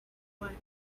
what